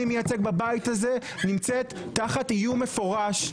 מייצג בבית הזה נמצאת תחת איום מפורש.